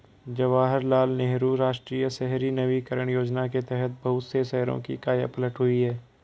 जवाहरलाल नेहरू राष्ट्रीय शहरी नवीकरण योजना के तहत बहुत से शहरों की काया पलट हुई है